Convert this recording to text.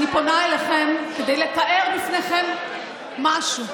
אני פונה אליכם כדי לתאר בפניכם משהו,